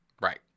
Right